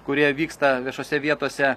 kurie vyksta viešose vietose